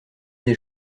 des